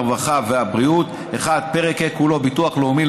הרווחה והבריאות 1. פרק ה' כולו (הביטוח הלאומי),